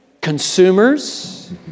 consumers